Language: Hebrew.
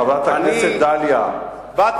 חברת הכנסת דליה,